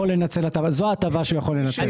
זו ההטבה שהוא יכול לנצל.